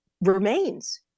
remains